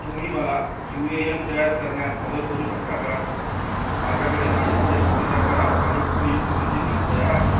तुम्ही मला यू ये येन तयार करण्यात मदत करू शकता का माझ्याकडे माझे भाडेपट्टीचा करार आणि उपयुक्ततेचे बील तयार आहेत